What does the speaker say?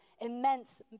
immense